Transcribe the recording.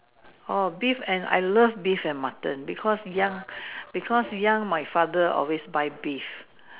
oh beef and I love beef and Mutton because young because young my father always buy beef